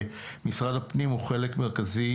ומשרד הפנים הוא חלק מרכזי